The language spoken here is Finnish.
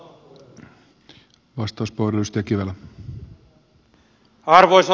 arvoisa puhemies